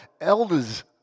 elders